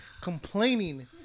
complaining